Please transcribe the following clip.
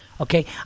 okay